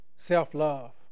Self-love